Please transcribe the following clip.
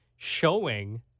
showing